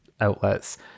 outlets